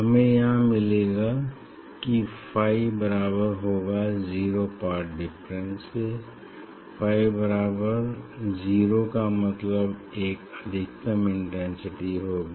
हमें यहाँ मिलेगा कि फाई बराबर होगा जीरो पाथ डिफरेंस के फाई बराबर जीरो का मतलब एक अधिकतम इंटेंसिटी होगी